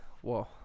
Whoa